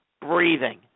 breathing